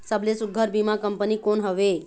सबले सुघ्घर बीमा कंपनी कोन हवे?